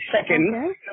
Second